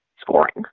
scoring